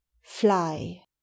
Fly